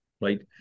right